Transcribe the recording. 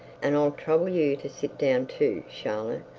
and i'll trouble you to sit down, too, charlotte.